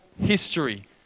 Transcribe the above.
history